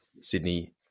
Sydney